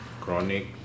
chronic